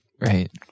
Right